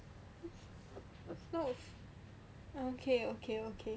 okay okay okay